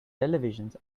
televisions